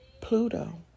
Pluto